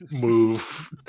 move